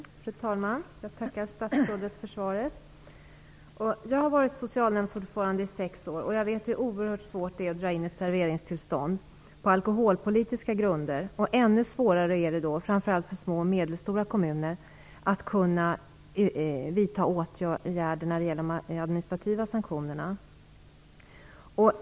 Fru talman! Jag tackar statsrådet för svaret. Jag har varit socialnämndsordförande i sex år och vet hur oerhört svårt det är att dra in ett serveringstillstånd på alkoholpolitiska grunder. Ännu svårare är det, framför allt för små och medelstora kommuner, att kunna vidta åtgärder när det gäller administrativa sanktioner.